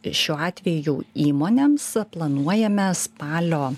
šiuo atveju jau įmonėms planuojame spalio